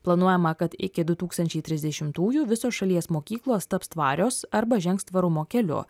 planuojama kad iki du tūkstančiai trisdešimtųjų visos šalies mokyklos taps tvarios arba žengs tvarumo keliu